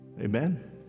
Amen